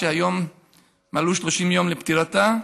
שהיום מלאו 30 יום לפטירתה,